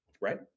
right